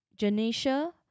Janisha